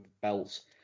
belts